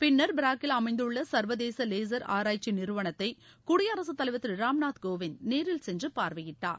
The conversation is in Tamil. பின்னர் பிராக்கில் அமைந்துள்ள சர்வதேச லேசர் ஆராய்ச்சி நிறுவனத்தை குடியரசு தலைவர் திரு ராம்நாத் கோவிந்த் நேரில் சென்று பார்வையிட்டார்